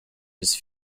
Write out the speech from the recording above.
his